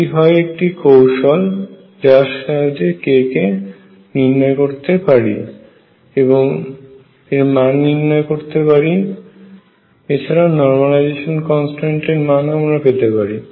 এটি হয় একটি কৌশল যার সাহায্যে k কে নির্ণয় করতে পারি এর মান নির্ণয় করতে পারি এছাড়াও নরমালাইজেশন কনস্ট্যান্ট এর মান ও আমরা পেতে পারি